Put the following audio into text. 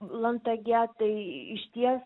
landtage tai išties